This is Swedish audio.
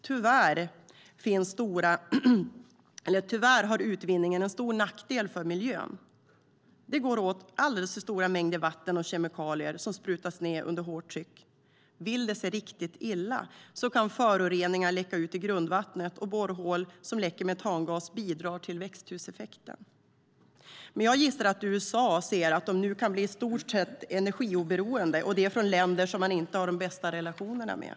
Tyvärr är utvinningen en stor nackdel för miljön. Det går åt alldeles för stora mängder vatten och kemikalier som sprutas ned under hårt tryck. Vill det sig riktigt illa kan föroreningar läcka ut i grundvattnet och borrhål som läcker metangas bidra till växthuseffekten. Jag gissar att USA ser möjligheten att bli i stort sett energioberoende, att inte vara beroende av länder som de inte har de bästa relationerna med.